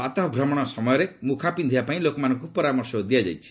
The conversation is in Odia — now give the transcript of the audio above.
ପ୍ରାତଃଭ୍ରମଣ ସମୟରେ ମୁଖାପିନ୍ଧିବା ପାଇଁ ଲୋକମାନଙ୍କୁ ପରାମର୍ଶ ଦିଆଯାଇଛି